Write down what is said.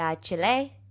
Chile